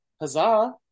huzzah